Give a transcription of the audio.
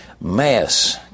mass